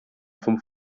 vom